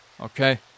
okay